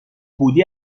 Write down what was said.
بودی